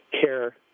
care